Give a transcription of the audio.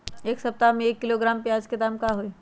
एक सप्ताह में एक किलोग्राम प्याज के दाम का होई?